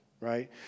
right